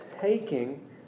taking